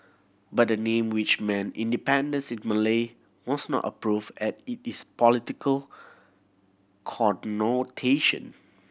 but the name which meant independence in Malay was not approved as it is political connotation